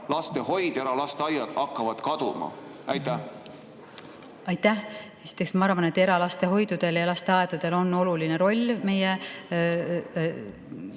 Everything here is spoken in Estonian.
eralastehoid, eralasteaiad hakkavad kaduma. Aitäh! Esiteks ma arvan, et eralastehoidudel ja eralasteaedadel on oluline roll meie